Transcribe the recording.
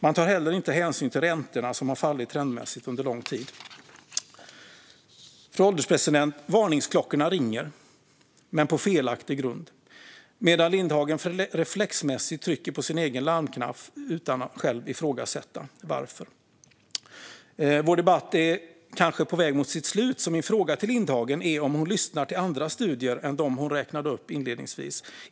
Man tar heller inte hänsyn till räntorna, som har fallit trendmässigt under lång tid. Fru ålderspresident! Varningsklockorna ringer, men på felaktig grund, medan Lindhagen reflexmässigt trycker på sin egen larmknapp utan att själv ifrågasätta varför. Vår debatt är kanske på väg mot sitt slut, så min fråga till Lindhagen är om hon lyssnar till andra studier än dem hon räknade upp inledningsvis.